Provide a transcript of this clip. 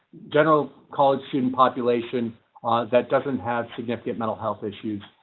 general college student population that doesn't have significant mental health issues.